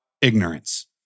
ignorance